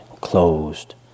closed